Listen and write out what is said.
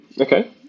okay